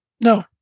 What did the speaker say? No